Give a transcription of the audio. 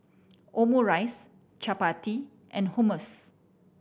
Omurice Chapati and Hummus